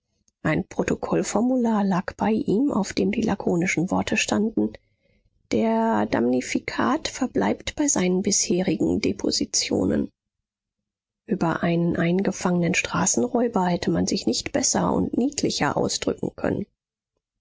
ein protokollformular lag bei ihm auf dem die lakonischen worte standen der damnifikat verbleibt bei seinen bisherigen depositionen über einen eingefangenen straßenräuber hätte man sich nicht besser und niedlicher ausdrücken können